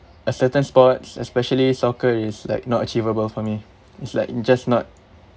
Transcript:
a certain sports especially soccer is like not achievable for me it's like it just not